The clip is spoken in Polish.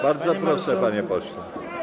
Bardzo proszę, panie pośle.